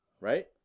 right